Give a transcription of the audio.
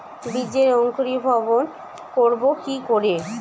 বীজের অঙ্কুরিভবন করব কি করে?